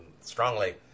strongly